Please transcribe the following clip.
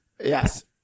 Yes